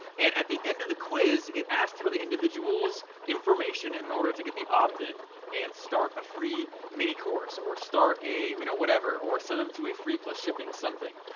and at the end of the quiz it asked for the individual's information in order to get the opt-in and start a free mini-course, or start a you know whatever, or send them to a free plus shipping something.